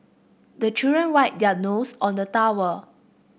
the children wipe their nose on the towel